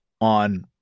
on